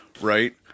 right